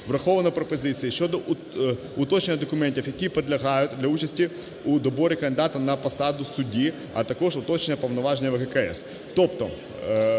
враховано пропозиції щодо уточнення документів, які підлягають для участі у доборі кандидата на посаду судді, а також уточнення повноваження ВККС.